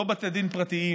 לא בתי דין פרטיים